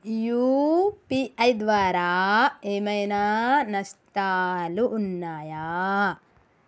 UPI ద్వారా ఏమైనా నష్టాలు ఉన్నయా?